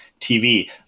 TV